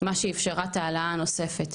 היא מה שאפשרה את ההעלאה הנוספת.